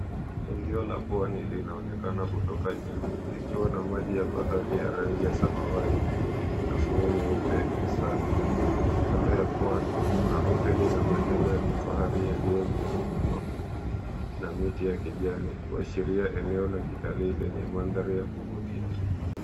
Eneo la pwani linaonekana kutoka juu likiwa na maji ya bahari ya rangi ya samawati na fuo nyeupe safi. Kando ya pwani kuna hoteli na majengo ya kifahari yaliyozungukwa na miti ya kijani, kuashiria eneo la kitalii lenye mandhari ya kuvutia.